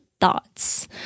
thoughts